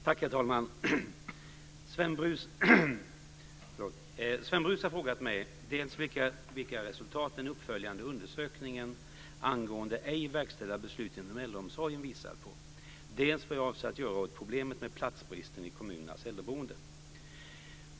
Herr talman! Sven Brus har frågat mig dels vilka resultat den uppföljande undersökningen angående ej verkställda beslut inom äldreomsorgen visat på, dels vad jag avser göra åt problemet med platsbrist i kommunernas äldreboenden.